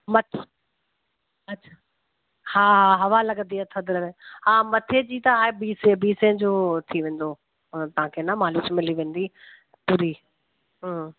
मथ अच्छा हा हवा लॻंदी थधि हा मथे जी त ॿी सौ ॿी सौ जो थी वेंदो ऐं तव्हांखे न मालिश मिली वेंदी पूरी